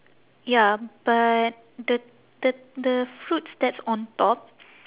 ya but the the the fruits that's on top